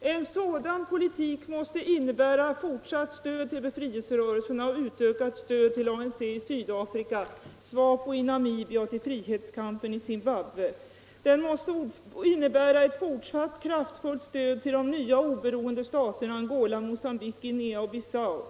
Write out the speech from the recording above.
”En sådan politik måste innebära fortsatt stöd till befrielserörelserna och utökat stöd till ANC i Sydafrika, SWAPO i Namibia och till frihetskampen i Zimbabwe. Den måste innebära ett fortsatt kraftfullt stöd till de nya | oberoende staterna Angola, Mozambique och Guinea-Bissau.